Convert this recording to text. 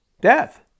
Death